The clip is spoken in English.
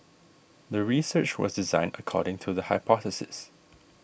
the research was designed according to the hypothesis